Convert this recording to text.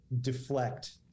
deflect